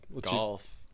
Golf